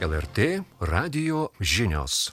el er tė radijo žinios